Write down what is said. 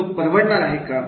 तो परवडणार आहे का